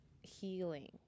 healing